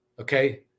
Okay